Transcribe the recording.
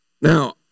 now